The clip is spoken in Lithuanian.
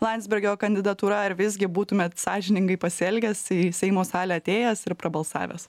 landsbergio kandidatūra ar visgi būtumėt sąžiningai pasielgęs į seimo salę atėjęs ir prabalsavęs